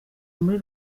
muri